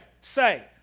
say